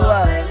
Love